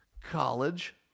college